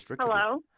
Hello